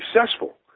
successful